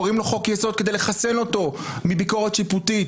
קוראים לו חוק יסוד כדי לחסן אותו מביקורת שיפוטית